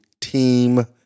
team